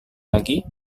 lagi